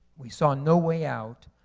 we saw no way out.